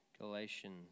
Galatians